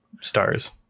stars